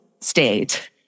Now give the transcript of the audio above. state